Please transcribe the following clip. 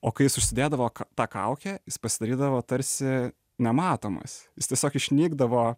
o kai jis užsidėdavo tą kaukę jis pasidarydavo tarsi nematomas jis tiesiog išnykdavo